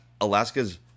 Alaska's